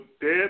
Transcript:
dead